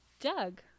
Doug